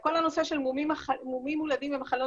כל הנושא של מומים מולדים ומחלות